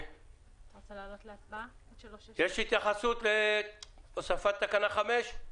האם יש התייחסות להוספת תקנה 5?